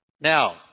Now